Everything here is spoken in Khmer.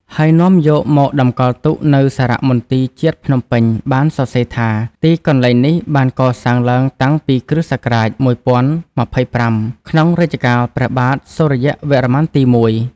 ហើយនាំយកមកតម្កល់ទុកនៅសារមន្ទីរជាតិភ្នំពេញ បានសរសេរថា ទីកន្លែងនេះបានកសាងឡើងតាំងពីគ.ស. ១០២៥ ក្នុងរជ្ជកាលព្រះបាទសូរ្យវរ្ម័នទី១ ។